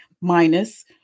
Minus